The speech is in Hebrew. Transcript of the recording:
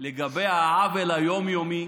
לגבי העוול היום-יומי